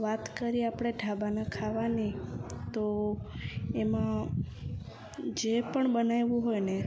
વાત કરીએ આપણે ઢાબાના ખાવાની તો એમાં જે પણ બનાવ્યું હોય ને